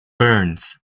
burns